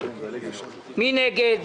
מי נגד?